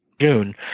June